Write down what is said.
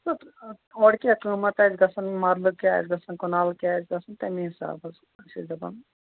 اتھ اتھ اورٕ کیٛاہ قٍمَت آسہِ گَژھان مَرلہٕ کیٛاہ آسہِ گَژھان کنال کیٛاہ آسہِ گَژھان تَمی حِسابہٕ حظ چھِ أسۍ دَپان